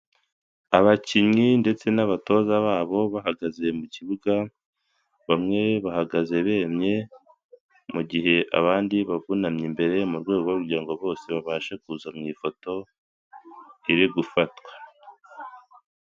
Abakinnyi ndetse n'abatoza babo bahagaze mu kibuga, bamwe bahagaze biremye mugihe abandi babunamye imbere mu rwego rwo kugirango ngo bose babashe kuza mu ifoto iri gufatwa.